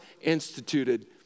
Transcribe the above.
instituted